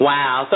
Wow